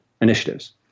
initiatives